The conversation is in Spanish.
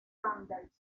sanders